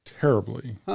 terribly